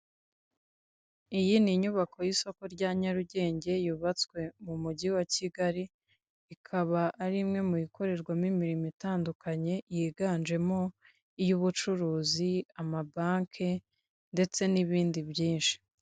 Inyubako y'isoko rya Nyarugenge yubatswe mu mujyi wa Kigali, ikaba ari imwe mu bikorerwamo imirimo itandukanye yiganjemo iy'ubucuruzi, amabanki, ndetse n'ibindi byinshi.